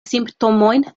simptomojn